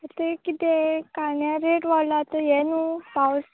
तें कितें कांद्या रेट वाडला आत हें न्हू पावस